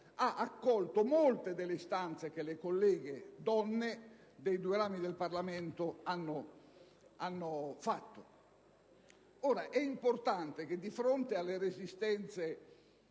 ha accolto molte delle istanze che le colleghe donne dei due rami del Parlamento hanno avanzato. Ora, è importante che, anche in considerazione alle resistenze